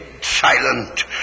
silent